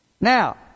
Now